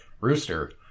Rooster